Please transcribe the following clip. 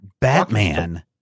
Batman